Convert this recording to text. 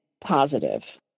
positive